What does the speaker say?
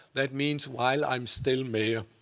that means while i'm still mayor.